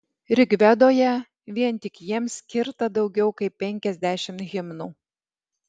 rigvedoje vien tik jiems skirta daugiau kaip penkiasdešimt himnų